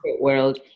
world